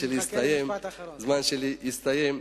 הסתיים.